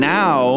now